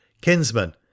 Kinsman